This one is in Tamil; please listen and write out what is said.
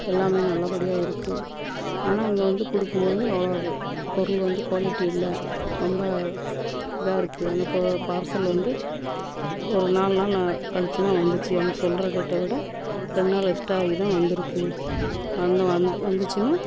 எல்லாமே நல்லபடியாக இருக்கு ஆனால் இங்கே வந்து கொடுக்கும் போது அவ்வளோ பொருள் வந்து குவாலிட்டி இல்லை ரொம்ப இதாக இருக்கு அந்த ப பார்சல் வந்து ஒரு நால் நாள் கழிச்சு தான் வந்துச்சு அவங்க சொல்லுற டேட்ட விட ரெண்டு நாள் எக்ஸ்ட்ராயி தான் வந்துருக்கு வந்து வந்து வந்துச்சுன்னா